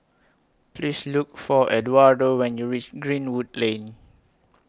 Please Look For Eduardo when YOU REACH Greenwood Lane